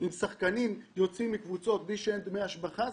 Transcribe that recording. אם שחקנים יוצאים מקבוצות בלי לשלם דמי השבחה,